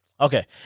Okay